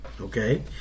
Okay